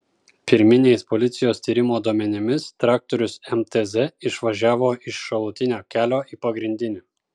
pirminiais policijos tyrimo duomenimis traktorius mtz išvažiavo iš šalutinio kelio į pagrindinį